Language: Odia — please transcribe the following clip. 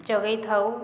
ଯୋଗେଇଥାଉ